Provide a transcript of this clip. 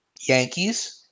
Yankees